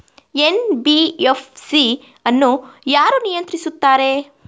NBFC ಅನ್ನು ಯಾರು ನಿಯಂತ್ರಿಸುತ್ತಾರೆ?